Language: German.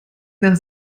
nach